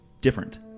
different